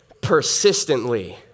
persistently